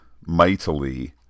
mightily